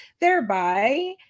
thereby